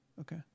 Okay